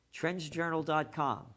TrendsJournal.com